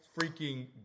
freaking